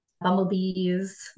bumblebees